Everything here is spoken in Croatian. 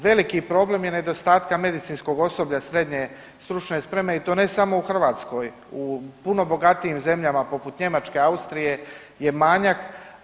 Veliki problem je nedostatka medicinskog osoblja srednje stručne spreme i to ne samo u Hrvatskoj, u puno bogatijim zemljama, poput Njemačke, Austrije je manjak.